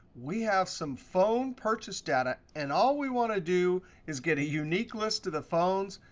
we have some phone purchase data. and all we want to do is get a unique list of the phones,